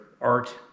art